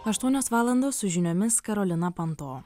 aštuonios valandos su žiniomis karolina panto